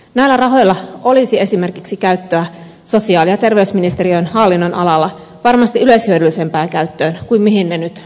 näillä rahoilla olisi esimerkiksi käyttöä sosiaali ja terveysministeriön hallinnonalalla varmasti yleishyödyllisempää käyttöä kuin mihin ne nyt menevät